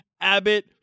Abbott